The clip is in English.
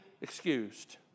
excused